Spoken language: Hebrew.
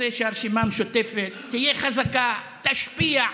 רוצה שהרשימה המשותפת תהיה חזקה, תשפיע,